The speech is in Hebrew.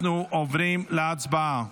אנחנו עוברים להצבעה.